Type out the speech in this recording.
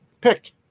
Pick